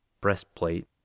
Breastplate